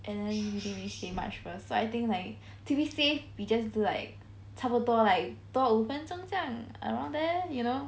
and then they may say much worse so I think like to be safe we just do like 差不多 like 多五分种这样 around there you know